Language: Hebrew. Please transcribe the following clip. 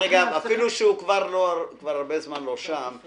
אפילו שהוא כבר הרבה זמן לא שם,